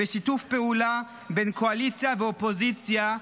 בשיתוף פעולה בין קואליציה ואופוזיציה,